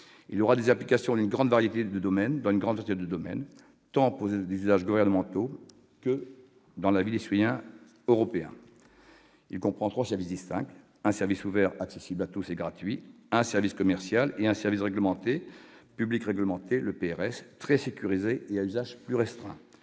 Il aura des applications dans une grande variété de domaines, pour des usages gouvernementaux, mais aussi dans la vie quotidienne des citoyens européens. Ce programme comprend trois services distincts : un service ouvert, accessible à tous et gratuit ; un service commercial, et un service public réglementé, le SPR, très sécurisé et à usage plus restreint.